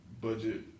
budget